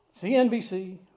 CNBC